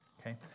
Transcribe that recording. Okay